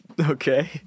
okay